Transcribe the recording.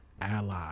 ally